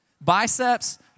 Biceps